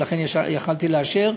ולכן יכולתי לאשר.